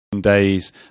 days